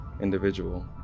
individual